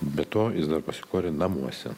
be to jis dar pasikorė namuose